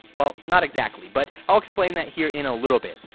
well not exactly, but ah explain that here in a little bit.